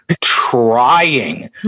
trying